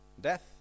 death